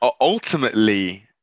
ultimately